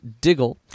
Diggle